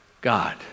God